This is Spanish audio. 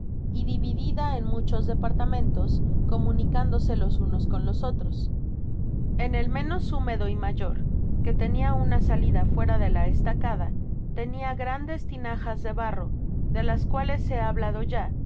y dividida en muchos departamentos comunicándose los unos con los otros en el menos húmedo y mayor que tenia una salida fuera de la estacada tenia grandes tinajas de barro de las cuales he hablado ya